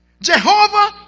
Jehovah